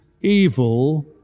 evil